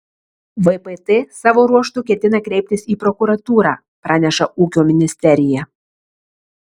vpt savo ruožtu ketina kreiptis į prokuratūrą praneša ūkio ministerija